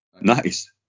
nice